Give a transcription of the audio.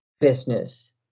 business